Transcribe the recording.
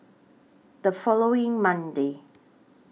The following Monday